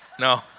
No